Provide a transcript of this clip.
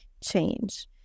change